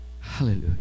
Hallelujah